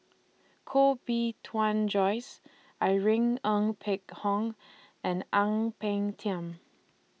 Koh Bee Tuan Joyce Irene Ng Phek Hoong and Ang Peng Tiam